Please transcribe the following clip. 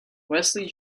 wesley